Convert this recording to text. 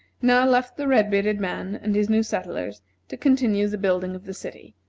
now left the red-bearded man and his new settlers to continue the building of the city,